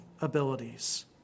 abilities